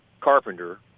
carpenter